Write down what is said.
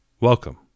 Welcome